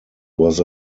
was